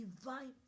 divine